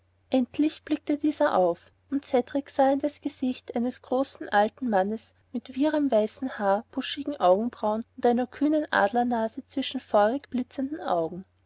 endlich blickte dieser auf und cedrik sah in das gesicht eines großen alten mannes mit wirrem weißem haar buschigen augenbrauen und einer kühnen adlernase zwischen den feurigen blitzenden augen